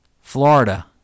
Florida